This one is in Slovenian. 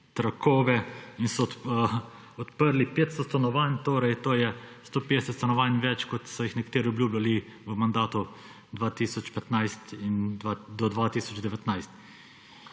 trakove in so odprli 500 stanovanj. To je 150 stanovanj več, kot so jih nekateri obljubljani v mandatu 2015 do 2019.